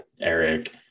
Eric